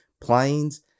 planes